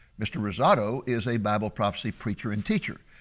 mr. rosado is a bible prophecy preacher and teacher.